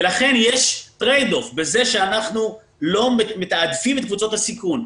ולכן יש טרייד-אוף בזה שאנחנו לא מתעדפים את קבוצות הסיכון.